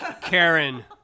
Karen